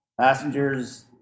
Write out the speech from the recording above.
Passengers